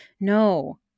No